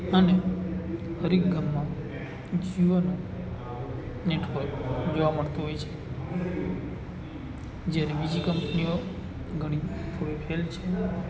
અને હરએક ગામમાં જીઓનું નેટવર્ક જોવા મળતું હોય છે જ્યારે બીજી કંપનીઓ ઘણી થોડી ફેલ છે